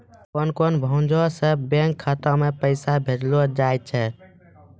कोन कोन भांजो से बैंक खाता मे पैसा भेजलो जाय छै?